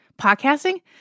podcasting